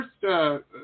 first